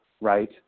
right